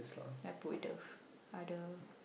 then I put with the f~ other